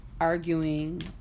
arguing